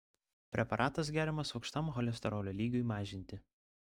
preparatas geriamas aukštam cholesterolio lygiui mažinti